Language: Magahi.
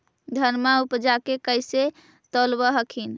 धनमा उपजाके कैसे तौलब हखिन?